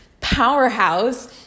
powerhouse